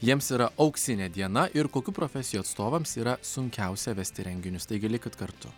jiems yra auksinė diena ir kokių profesijų atstovams yra sunkiausia vesti renginius taigi likit kartu